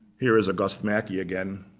here is august macke, yeah again.